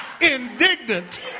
indignant